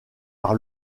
par